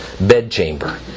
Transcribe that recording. bedchamber